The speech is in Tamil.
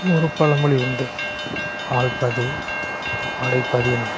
ஒரு ஒரு பளமொழி உண்டு ஆள் பாதி ஆடை பாதி என்பார்கள்